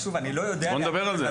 אז בוא נדבר על זה.